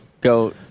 go